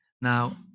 Now